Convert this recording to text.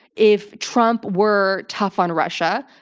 if trump were tough on russia,